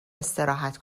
استراحت